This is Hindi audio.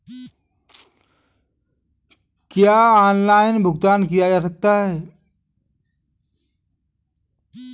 क्या ऑनलाइन भुगतान किया जा सकता है?